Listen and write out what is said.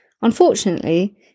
Unfortunately